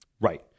Right